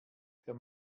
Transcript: der